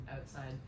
outside